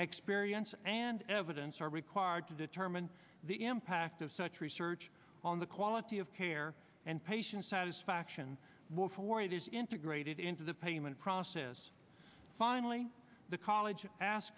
experience and evidence are required to determine the impact of such research on the quality of care and patient satisfaction while for it is integrated into the payment process finally the college ask